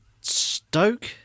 Stoke